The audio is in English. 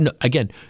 again